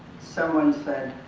someone said,